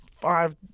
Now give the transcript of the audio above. five